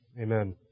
Amen